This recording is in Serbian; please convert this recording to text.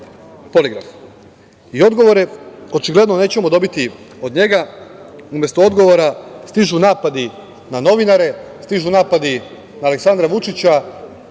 odgovore očigledno nećemo dobiti od njega. Umesto odgovora stižu napadi na novinare, stižu napadi na Aleksandra Vučića,